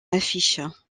affiche